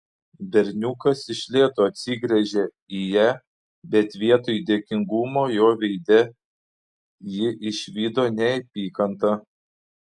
berniukas iš lėto atsigręžė į ją bet vietoj dėkingumo jo veide ji išvydo neapykantą